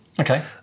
Okay